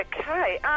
Okay